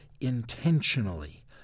intentionally